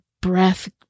breath